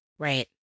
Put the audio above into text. Right